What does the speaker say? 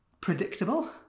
predictable